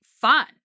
fun